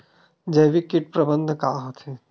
जैविक कीट प्रबंधन का होथे?